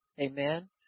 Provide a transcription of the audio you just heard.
Amen